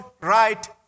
right